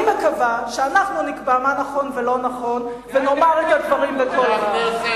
אני מקווה שאנחנו נקבע מה נכון ולא נכון ונאמר את הדברים בקול רם.